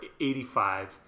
85